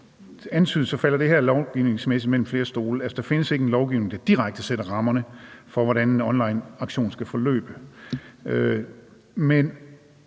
antydet, falder det her lovgivningsmæssigt mellem flere stole. Der findes ikke en lovgivning, der direkte sætter rammerne for, hvordan en onlineauktion skal forløbe, men